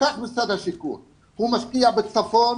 משרד השיכון משקיע בצפון